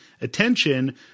attention